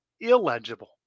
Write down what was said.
illegible